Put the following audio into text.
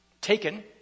taken